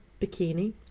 bikini